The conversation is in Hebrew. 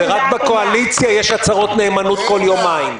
רק בקואליציה יש הצהרות נאמנות בכל יומיים.